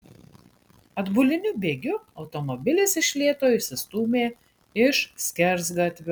atbuliniu bėgiu automobilis iš lėto išsistūmė iš skersgatvio